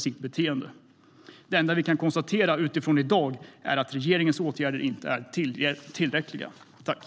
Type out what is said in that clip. Det enda vi kan konstatera utifrån situationen i dag är att regeringens åtgärder inte är tillräckliga.